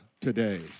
today